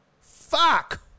Fuck